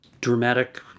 dramatic